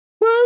Woo